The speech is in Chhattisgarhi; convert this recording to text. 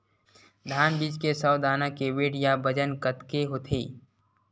धान बीज के सौ दाना के वेट या बजन कतके होथे?